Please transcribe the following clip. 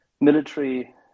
Military